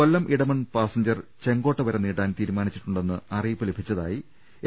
കൊല്ലം Edamon passenger Chenkotta വരെ നീട്ടാൻ തീരുമാനിച്ചിട്ടുണ്ടെന്ന് അറിയിപ്പ് ലഭിച്ചതായി എൻ